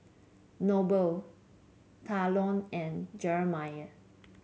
Noble Talon and Jerome